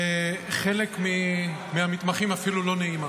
ולחלק מהמתמחים אפילו לא נעימה.